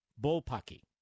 bullpucky